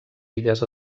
illes